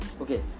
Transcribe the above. Okay